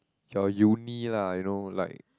your uni lah you know like